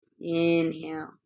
Inhale